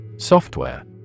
Software